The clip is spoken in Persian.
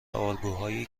الگوهای